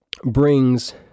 brings